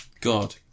God